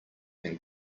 than